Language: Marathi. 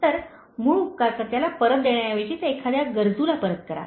तर मूळ उपकारकर्त्याला परत देण्याऐवजी ते एखाद्या गरजूला परत करा